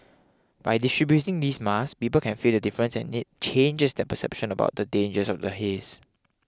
by distributing these masks people can feel the difference and it changes their perception about the dangers of the haze